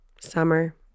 summer